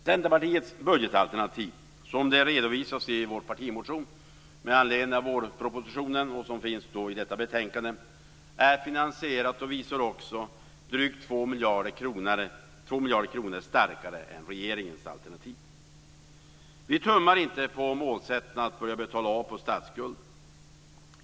Centerpartiets budgetalternativ - som redovisas i vår partimotion med anledning av vårpropositionen och som finns i betänkandet - är finansierat och, visar det sig, också drygt två miljarder kronor starkare än regeringens alternativ. Vi tummar inte på målsättningen att börja betala av på statsskulden.